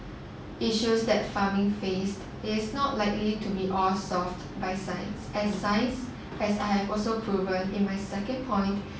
issues that farming faced is not likely to be all solved by science and science has have also proven in my second point